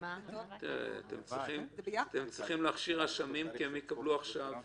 אתם צריכים להכשיר רשמים, כי הם יקבלו עכשיו